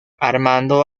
armando